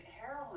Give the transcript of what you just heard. heroin